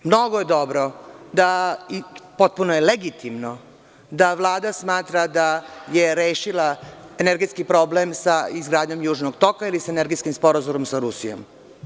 Mnogo je dobro, potpuno je legitimno da Vlada smatra da je rešila energetski problem sa izgradnjom Južnog toka ili sa Energetskim sporazumom sa Rusijom.